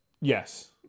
Yes